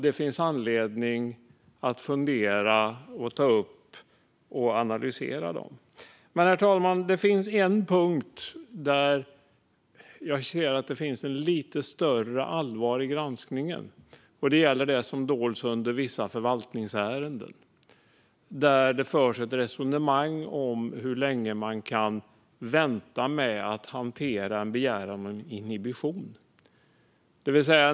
Det finns anledning att ta upp och analysera dem. Herr talman! Det finns en punkt där det finns ett lite större allvar i granskningen. Det gäller det som dolts under rubriken Vissa förvaltningsärenden. Där förs ett resonemang om hur länge man kan vänta med att hantera en begäran om inhibition.